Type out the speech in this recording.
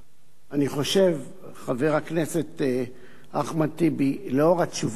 אני חושב, חבר הכנסת אחמד טיבי, לנוכח התשובה שלי,